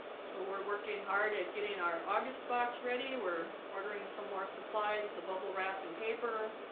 so we're working hard at getting our august box ready we're ordering some more supplies the bubble wrap and paper